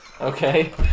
Okay